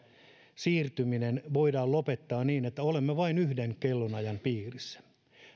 siirtyminen voidaan lopettaa niin että olemme vain yhden kellonajan piirissä